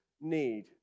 need